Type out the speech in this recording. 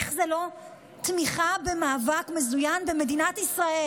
איך זה לא תמיכה במאבק מזוין במדינת ישראל?